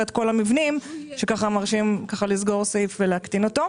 את כל המבנים שמרשים לסגור סעיף ולהקטינו?